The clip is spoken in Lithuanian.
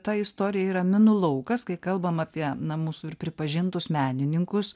ta istorija yra minų laukas kai kalbam apie namus ir pripažintus menininkus